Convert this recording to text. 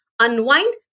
unwind